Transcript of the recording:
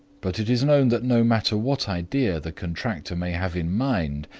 but it is known that no matter what idea the contractor may have in mind,